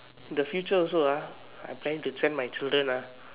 the future also ah I plan to train my children ah